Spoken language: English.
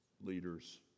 leaders